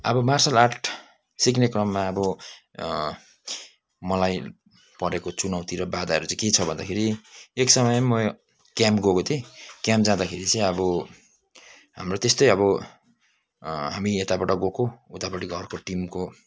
अब martial art सिक्ने क्रममा अब मलाई परेको चुनौती र बाधाहरू चाहिँ के छ भन्दाखेरि एक समयमा म क्याम्प गएको थिएँ क्याम्प जाँदाखेरि चाहिँ अब हाम्रो त्यस्तै अब हामी यताबाट गएको उतापट्टि अर्को टिमको